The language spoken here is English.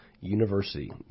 University